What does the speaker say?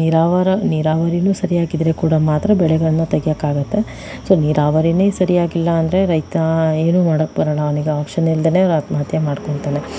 ನೀರಾವರ ನೀರಾವರಿಯೂ ಸರಿಯಾಗಿ ಇದ್ದರೆ ಕೂಡ ಮಾತ್ರ ಬೆಳಗಳನ್ನ ತೆಗಿಯಕ್ಕಾಗತ್ತೆ ಸೊ ನೀರಾವರಿಯೇ ಸರಿಯಾಗಿ ಇಲ್ಲ ಅಂದರೆ ರೈತ ಏನೂ ಮಾಡಕ್ಕೆ ಬರಲ್ಲ ಅವನಿಗೆ ಆಪ್ಷನ್ ಇಲ್ಲದೆಯೇ ಅವನು ಆತ್ಮಹತ್ಯೆ ಮಾಡ್ಕೊಂತಾನೆ